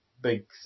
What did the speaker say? big